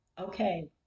okay